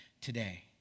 today